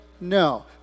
No